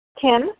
Kim